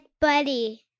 buddy